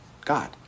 God